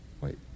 Wait